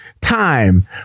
time